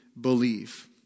believe